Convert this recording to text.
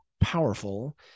powerful